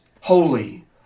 holy